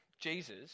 Jesus